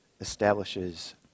establishes